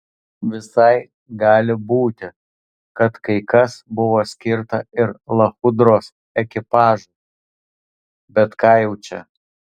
visai gali būti kad kai kas buvo skirta ir lachudros ekipažui bet ką jau čia